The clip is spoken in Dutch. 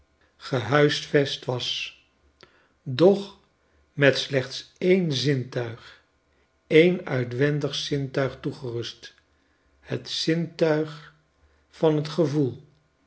amerika was doch met slechts een zintuig eenuitwendig zintuig toegerust het zintuig van t gevoel